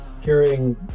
hearing